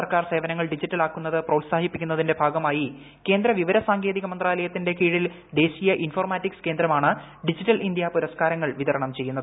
സർക്കാർ സേവനങ്ങൾ ഡിജിറ്റൽ ആക്കുന്നത് പ്രോത്സാഹിപ്പിക്കുന്നതിന്റെ ഭാഗമായി കേന്ദ്ര വിവര സാങ്കേതിക മന്ത്രാലയത്തിന്റെ കീഴിൽ ദേശീയ ഇൻഫോർമാറ്റിക്സ് കേന്ദ്രമാണ് ഡിജിറ്റൽ ഇന്ത്യ പുരസ്ക്കാരങ്ങൾ വിതരണം ചെയ്യുന്നത്